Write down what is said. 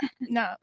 No